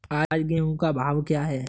आज गेहूँ का भाव क्या है?